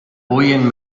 bojen